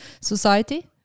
society